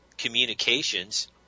communications